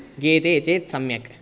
गीयते चेत् सम्यक्